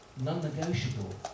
non-negotiable